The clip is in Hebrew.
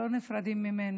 לא נפרדים.